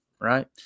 right